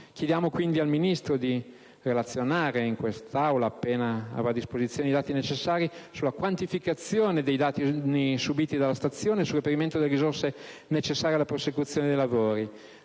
Chiediamo quindi al Ministro di relazionare in quest'Aula, appena avrà a disposizione i dati necessari, sulla quantificazione dei danni subiti dalla stazione e sul reperimento delle risorse necessarie alla prosecuzione dei lavori,